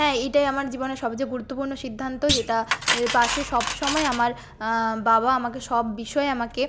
হ্যাঁ এটাই আমার জীবনের সবচেয়ে গুরুত্বপূর্ণ সিদ্ধান্ত যেটা পাশে সব সময় আমার বাবা আমাকে সব বিষয়ে আমাকে